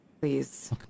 please